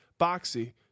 Boxy